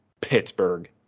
Pittsburgh